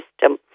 system